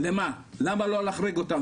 למה לא להחריג אותם?